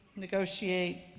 negotiate,